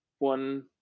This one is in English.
one